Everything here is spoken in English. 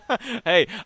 Hey